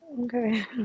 Okay